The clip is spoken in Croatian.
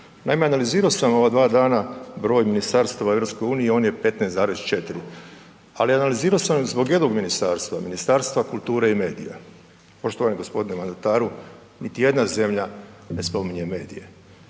Naime, analizirao sam ova dva dana broj ministarstva u EU, on je 15,4, ali analizirao sam zbog jednog ministarstva. Ministarstva kulture i medija, poštovani g. mandataru, niti jedna zemlja ne spominje medije.